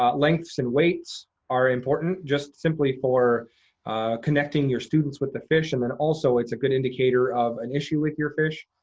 ah lengths and weights are important important just simply for connecting your students with the fish. and then also, it's a good indicator of an issue with your fish.